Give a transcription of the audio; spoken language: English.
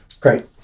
Great